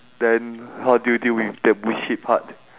then how do you deal with that bullshit part